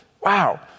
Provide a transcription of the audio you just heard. Wow